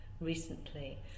recently